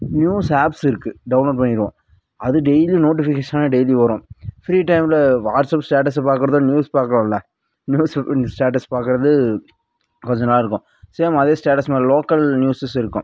news apps இருக்குது download பண்ணிடுவோம் அது டெய்லியும் நோட்டிஃபிகேஷனாக டெய்லி வரும் ஃப்ரீ டைமில் வாட்ஸாப் ஸ்டேட்டஸ் பார்க்கறத விட நியூஸ் பார்க்கலால்ல நியூஸு ஸ்டேட்டஸ் பார்க்கறது கொஞ்சம் தான் இருக்கும் சேம் அதே ஸ்டேட்டஸ் மாதிரி லோக்கல் நியூஸஸ் இருக்கும்